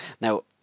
Now